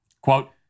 Quote